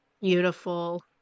Beautiful